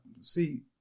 see